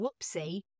Whoopsie